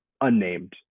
unnamed